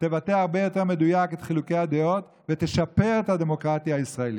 תבטא הרבה יותר במדויק את חילוקי הדעות ותשפר את הדמוקרטיה הישראלית.